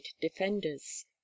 defenders